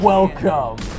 Welcome